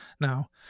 Now